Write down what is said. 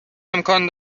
امکان